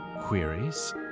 queries